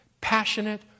passionate